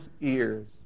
ears